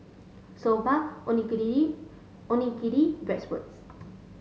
Soba Onigiri Onigiri Bratwurst